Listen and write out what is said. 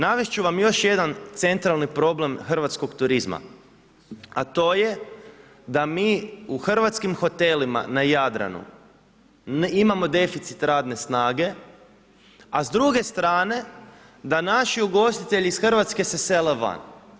Navesti ću vam još jedan centralni problem hrvatskog turizma, a to je da mi u hrvatskim hotelima na Jadranu imamo deficit radne snage, a s druge strane, da naši ugostitelji iz Hrvatske se sele van.